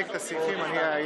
אדוני